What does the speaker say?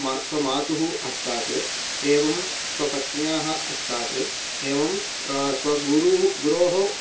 मा स्वमातुः हस्तात् एवं स्वपत्न्याः हस्तात् एवं स्वगुरु गुरोः